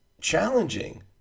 challenging